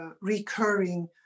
recurring